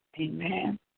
Amen